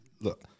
look